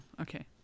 Okay